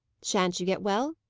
shan't you get well?